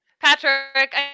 Patrick